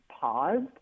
paused